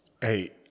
Hey